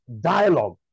dialogue